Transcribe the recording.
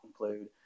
include